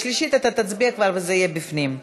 בשלישית אתה תצביע כבר, וזה יהיה בפנים.